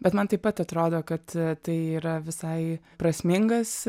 bet man taip pat atrodo kad tai yra visai prasmingas